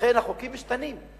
לכן החוקים משתנים,